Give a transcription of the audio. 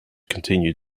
continued